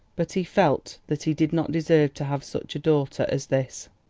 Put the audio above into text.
but he felt that he did not deserve to have such a daughter as this.